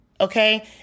okay